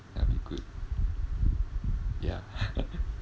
that'll be good ya